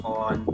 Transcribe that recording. on